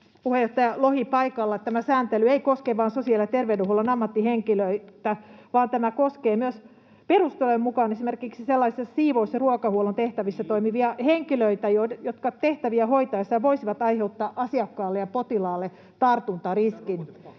tämä sääntely ei koske vain sosiaali- ja terveydenhuollon ammattihenkilöitä vaan tämä koskee perustelujen mukaan myös esimerkiksi sellaisissa siivous- ja ruokahuollon tehtävissä toimivia henkilöitä, jotka tehtäviä hoitaessaan voisivat aiheuttaa asiakkaalle ja potilaalle tartuntariskin.